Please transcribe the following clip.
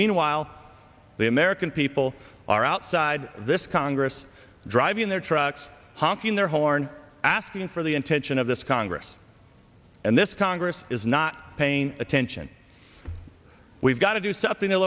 meanwhile the american people are outside this congress driving their trucks honking their horn asking for the intention of this congress and this congress is not paying attention we've got to do something t